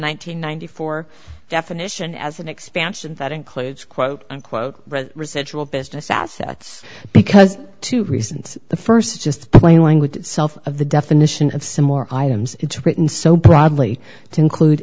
hundred ninety four definition as an expansion that includes quote unquote residual business assets because two reasons the first is just plain language itself of the definition of some more items it's written so broadly to include